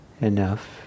enough